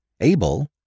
able